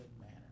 manner